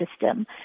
system